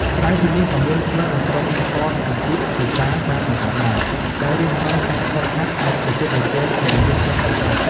ក្រៅពីនេះ ក៏មានក្លឹប និងក្រុម Esports អាជីពជាច្រើនបានបង្កើតឡើង ដែលរៀបចំការហ្វឹកហាត់ និងប្រកួតប្រជែងយ៉ាងយកចិត្តទុកដាក់។